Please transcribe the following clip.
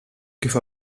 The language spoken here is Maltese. kif